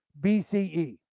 BCE